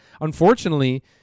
unfortunately